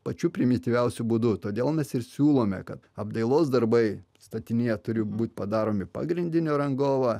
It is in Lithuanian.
pačiu primityviausiu būdu todėl mes ir siūlome kad apdailos darbai statinyje turi būti padaromi pagrindinio rangovo